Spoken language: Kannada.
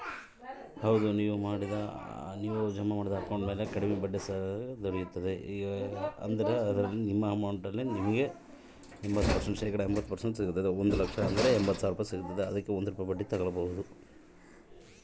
ನಾನು ಜಮಾ ಮಾಡಿದ ಅಕೌಂಟ್ ಮ್ಯಾಲೆ ಕಡಿಮೆ ಬಡ್ಡಿಗೆ ಸಾಲ ಪಡೇಬೋದಾ?